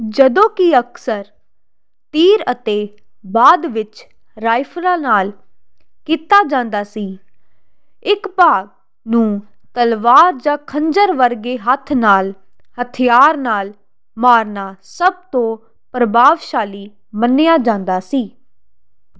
ਜਦੋਂ ਕਿ ਅਕਸਰ ਤੀਰ ਅਤੇ ਬਾਅਦ ਵਿੱਚ ਰਾਈਫਲਾਂ ਨਾਲ ਕੀਤਾ ਜਾਂਦਾ ਸੀ ਇੱਕ ਬਾਘ ਨੂੰ ਤਲਵਾਰ ਜਾਂ ਖੰਜਰ ਵਰਗੇ ਹੱਥ ਨਾਲ ਹਥਿਆਰ ਨਾਲ ਮਾਰਨਾ ਸਭ ਤੋਂ ਪ੍ਰਭਾਵਸ਼ਾਲੀ ਮੰਨਿਆ ਜਾਂਦਾ ਸੀ